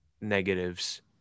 negatives